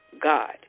God